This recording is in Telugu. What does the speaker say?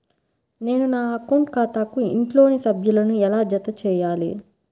నేను నా అకౌంట్ ఖాతాకు ఇంట్లోని సభ్యులను ఎలా జతచేయాలి?